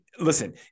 listen